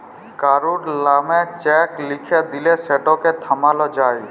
কারুর লামে চ্যাক লিখে দিঁলে সেটকে থামালো যায়